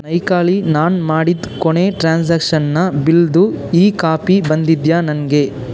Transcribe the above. ನೈಕಾ ಲಿ ನಾನು ಮಾಡಿದ ಕೊನೆ ಟ್ರಾನ್ಸಾಕ್ಷನ್ನ ಬಿಲ್ದು ಈ ಕಾಪಿ ಬಂದಿದೆಯಾ ನನಗೆ